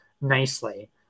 nicely